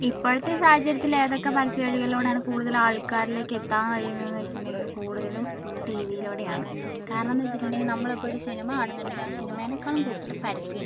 ഇപ്പോഴത്തെ സാഹചര്യത്തിൽ ഏതൊക്കെ പരസ്യവഴികളിലൂടെയാണ് കൂടുതൽ ആള്ക്കാരിലേക്ക് എത്താൻ കഴിയുന്നതെന്നു വെച്ചിട്ടുണ്ടെങ്കിൽ കൂടുതലും ടി വിയിലൂടെയാണ് കാരണമെന്നു വെച്ചിട്ടുണ്ടെങ്കിൽ നമ്മളിപ്പോൾ ഒരു സിനിമ കാണുന്നുണ്ടെങ്കിൽ ആ സിനിമേനക്കാളും കൂടുതൽ പരസ്യമായിരിക്കും